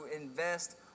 invest